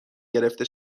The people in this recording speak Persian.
گرفته